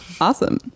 awesome